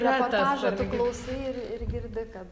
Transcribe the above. reportažą tu klausai ir ir girdi kad